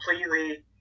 completely